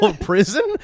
Prison